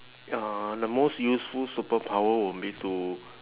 uh the most useful superpower will be to